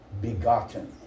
begotten